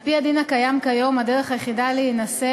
על-פי הדין הקיים כיום, הדרך היחידה להינשא